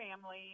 family